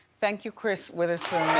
thank you, chris witherspoon.